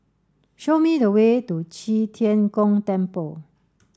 show me the way to Qi Tian Gong Temple